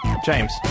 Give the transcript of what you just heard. James